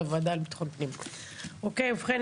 ובכן,